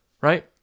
right